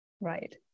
right